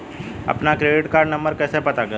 अपना credit card number कैसे पता करें?